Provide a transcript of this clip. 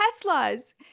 Tesla's